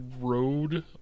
road